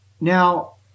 Now